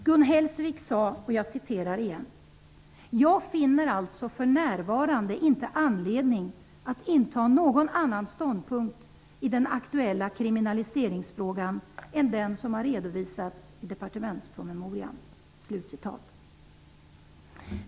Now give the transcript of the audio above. Gun Hellsvik sade: ''Jag finner alltså för närvarande inte anledning att inta någon annan ståndpunkt i den aktuella kriminaliseringsfrågan än den som har redovisats i departementspromemorian.''